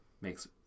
makes